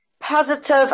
positive